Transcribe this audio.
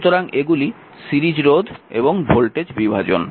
সুতরাং এগুলি সিরিজ রোধ এবং ভোল্টেজ বিভাজন